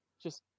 Just-